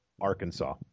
Arkansas